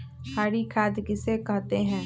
हरी खाद किसे कहते हैं?